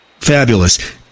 Fabulous